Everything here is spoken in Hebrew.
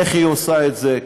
איך היא עושה את זה,